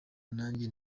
nanjye